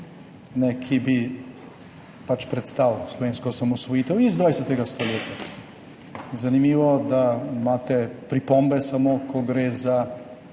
ki bi pač predstavil slovensko osamosvojitev iz 20. stoletja. Zanimivo, da imate pripombe samo, ko gre za